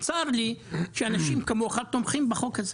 וצר לי שאנשים כמוך תומכים בחוק הזה.